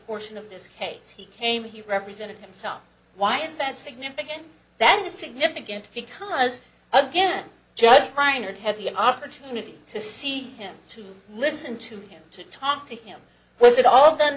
portion of this case he came he represented himself why is that significant that is significant because again judge crying and have the opportunity to see him to listen to him to talk to him was that all